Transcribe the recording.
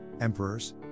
emperors